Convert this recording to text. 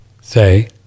say